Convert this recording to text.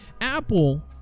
Apple